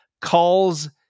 Calls